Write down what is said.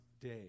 day